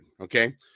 Okay